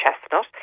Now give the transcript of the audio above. chestnut